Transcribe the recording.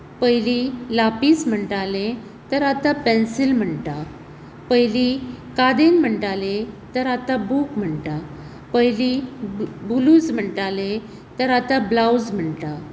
पयलीं लापीस म्हणटाले तर आतां पेन्सील म्हणटात पयलीं कादीन म्हणटाले तर आतां बुक म्हणटात पयलीं बुलूज म्हणटाले तर आतां ब्लावज म्हणटात